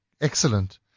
Excellent